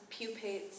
pupates